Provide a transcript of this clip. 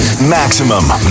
Maximum